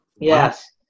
yes